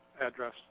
address